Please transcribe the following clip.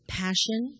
passion